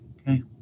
Okay